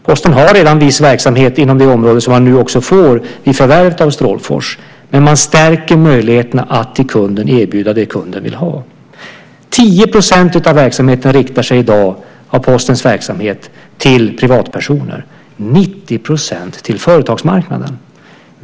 Posten har redan en viss verksamhet inom det område som man nu får vid förvärvet att Strålfors, men möjligheterna stärks att till kunden erbjuda det kunden vill ha. 10 % av Postens verksamhet riktar sig i dag till privatpersoner, 90 % till företagsmarknaden.